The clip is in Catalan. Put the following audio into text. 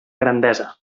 grandesa